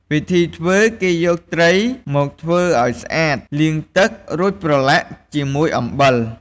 វិធីធ្វើ គេយកត្រីមកធ្វើឱ្យស្អាត លាងទឹក រួចប្រឡាក់ជាមួយអំបិល។